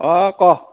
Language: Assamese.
অঁ কৱ